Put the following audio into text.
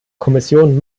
kommission